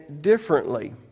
differently